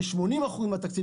וכ-80% מהתקציב,